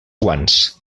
guants